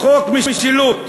חוק משילות,